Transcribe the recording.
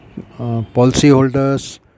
policyholders